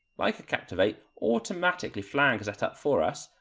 leica captivate automatically flags that up for us,